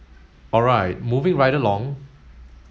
all right moving right along